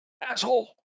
Asshole